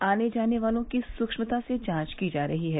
आने जाने वालों की सूक्ष्मता से जांच की जा रही है